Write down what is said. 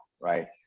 right